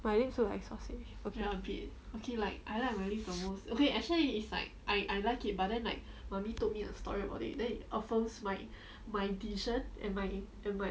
my lips look like sausage okay